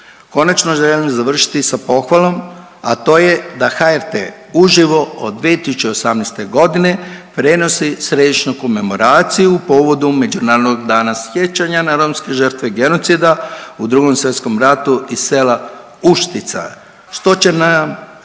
Konačno, želim završiti sa pohvalom, a to je da HRT uživo od 2018. g. prenosi središnju komemoraciju povodu Međunarodnog dana sjećanja na romske žrtve genocida u Drugom svjetskom ratu i sela Uštica, što će, nadam